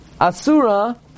asura